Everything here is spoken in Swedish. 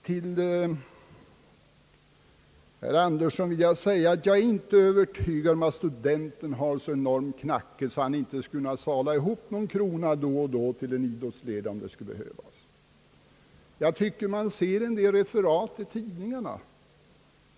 Till herr Andersson vill jag också säga att jag inte är Övertygad om att studenten har så enormt knackigt att han inte skulle kunna »sala ihop» nå gon krona då och då till en idrottsledare, om det skulle behövas.